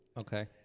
Okay